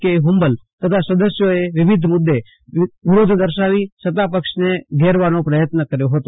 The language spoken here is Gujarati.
કે હુંબલ તથા સદસ્યોએ વિવિધ મુદે વિરોધ દર્શાવી સતાપક્ષને ઘેરવાનો પ્રયત્ન કર્યો હતો